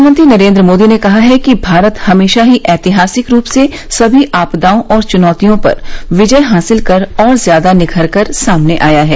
प्रधानमंत्री नरेंद्र मोदी ने कहा है कि भारत हमेशा ही ऐतिहासिक रूप से सभी आपदाओं और चुनौतियों पर विजय हासिल कर और ज्यादा निखरकर सामने आया है